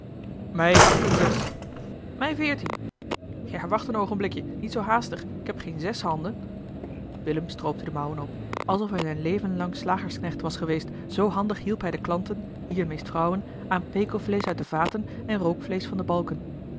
zes mij veertien ja wacht een oogenblikje niet zoo haastig ik heb geen zes handen willem stroopte de mouwen op alsof hij zijn leven lang slagersknecht was geweest zoo handig hielp hij de klanten hier meest vrouwen aan pekelvleesch uit de vaten en rookvleesch van de balken